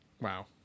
wow